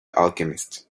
alchemist